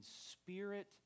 spirit